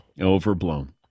Overblown